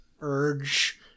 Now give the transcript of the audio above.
urge